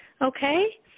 okay